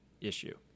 issue